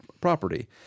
property